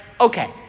Okay